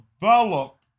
develop